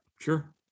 sure